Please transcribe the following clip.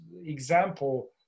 example